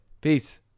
Peace